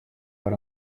hari